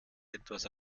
etwas